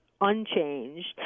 unchanged